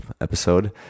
episode